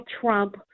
Trump